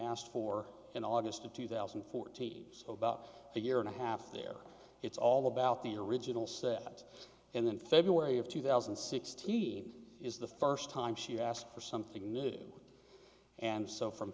asked for in august of two thousand and fourteen so about a year and a half there it's all about the original set and then february of two thousand and sixteen is the first time she asked for something new and so from